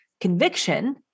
Conviction